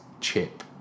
Chip